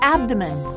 Abdomen